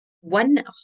one